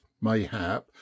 mayhap